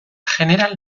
jeneral